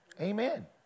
Amen